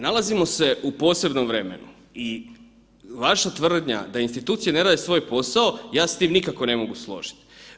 Nalazimo se u posebnom vremenu i vaša tvrdnja da institucije ne rade svoj posao, ja se s tim nikako ne mogu složit.